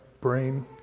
brain